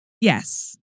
yes